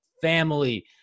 family